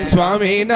Swami